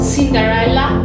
Cinderella